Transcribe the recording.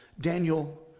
daniel